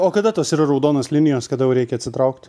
o kada tos raudonos linijos kada jau reikia atsitraukt